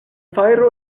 fajro